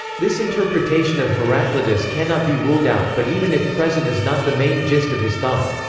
this interpretation of heraclitus cannot be ruled out, but even if present is not the main gist of his thought.